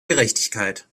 gerechtigkeit